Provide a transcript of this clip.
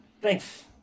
Thanks